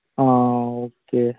ആ ഓക്കെ